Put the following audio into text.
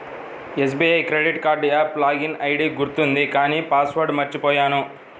SBI credit card app login ID గుర్తుంది కానీ password మర్చిపొయ్యాను